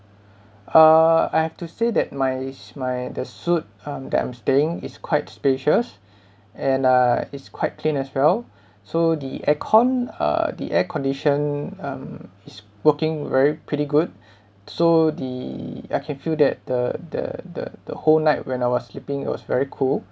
uh I have to say that my my the suite um that I'm staying is quite spacious and uh is quite clean as well so the aircon uh the air condition um is working very pretty good so the I can feel that the the the the whole night when I was sleeping it was very cold